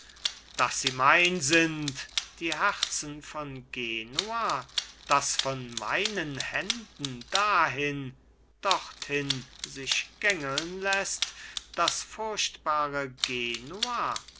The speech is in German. daß sie mein sind die herzen von genua daß von meinen händen dahin dorthin sich gängeln läßt das furchtbare genua